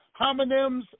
homonyms